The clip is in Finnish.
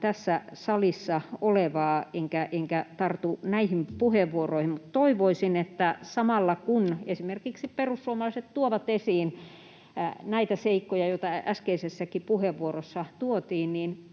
tässä salissa olevaa enkä tartu näihin puheenvuoroihin, mutta toivoisin, että samalla, kun esimerkiksi perussuomalaiset tuovat esiin näitä seikkoja, joita äskeisessäkin puheenvuorossa tuotiin,